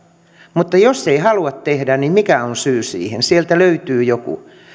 mutta jos ei halua tehdä niin mikä on syy siihen sieltä löytyy joku